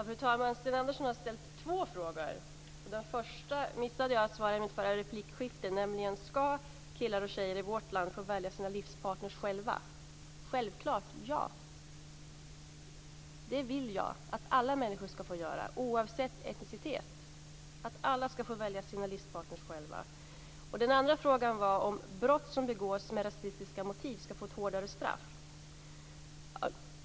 Fru talman! Sten Andersson har ställt två frågor. Den första missade jag att svara på i mitt förra replikskifte. Den var: Ska killar och tjejer i vårt land få välja sina livspartner själva? Ja, självklart. Det vill jag att alla människor ska få göra, oavsett etnicitet. Alla ska få välja sina livspartner själva. Den andra frågan var: Ska man få ett hårdare straff för brott som begås med rasistiska motiv?